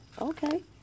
Okay